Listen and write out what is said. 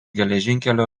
geležinkelio